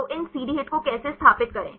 तो इन CD HIT को कैसे स्थापित करे